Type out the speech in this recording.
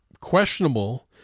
questionable